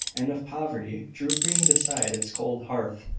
and of poverty drooping beside its cold hearth.